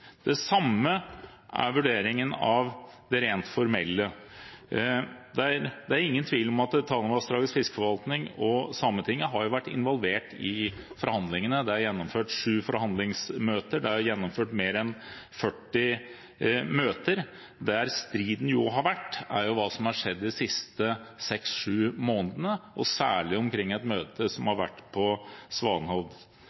Det samme er vurderingen av det rent formelle. Det er ingen tvil om at Tanavassdragets fiskeforvaltning og Sametinget har vært involvert i forhandlingene. Det er gjennomført sju forhandlingsmøter, det er gjennomført mer enn 40 møter, der striden jo har vært hva som har skjedd de siste seks–sju månedene, særlig omkring et møte som